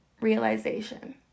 realization